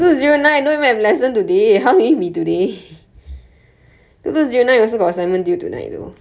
I thought I thought might be your your two two zero nine